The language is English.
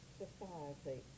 society